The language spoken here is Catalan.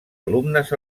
alumnes